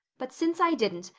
but since i didn't,